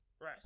Right